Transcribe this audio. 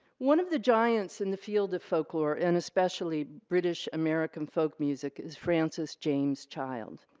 one of the giant's in the field of folklore and especially british american folk music is francis james child.